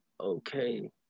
okay